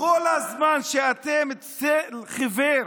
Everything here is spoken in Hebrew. כשכל הזמן אתם צל חיוור